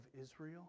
Israel